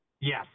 Yes